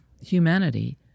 humanity